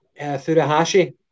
Furuhashi